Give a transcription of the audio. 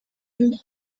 him